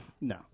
No